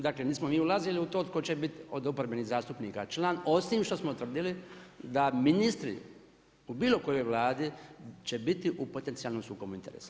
Dakle, nismo mi ulazili u to tko će bit od oporbenih zastupnika član osim što smo utvrdili da ministri u bilo kojoj Vladi će biti u potencijalnom sukobu interesa.